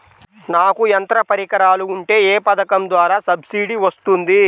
నాకు యంత్ర పరికరాలు ఉంటే ఏ పథకం ద్వారా సబ్సిడీ వస్తుంది?